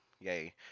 Yay